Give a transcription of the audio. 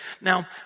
Now